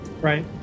right